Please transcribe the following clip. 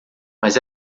mas